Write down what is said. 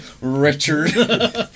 Richard